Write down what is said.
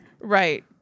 Right